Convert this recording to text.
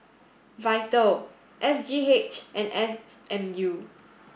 VITAL S G H and S M U